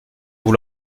vous